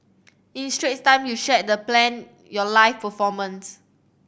in Straits Time you shared the planned your live performance